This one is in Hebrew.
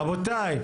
רבותיי.